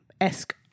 Esque